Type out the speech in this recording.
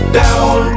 down